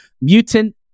Mutant